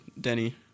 Denny